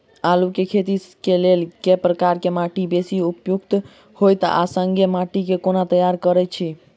आलु केँ खेती केँ लेल केँ प्रकार केँ माटि बेसी उपयुक्त होइत आ संगे माटि केँ कोना तैयार करऽ छी?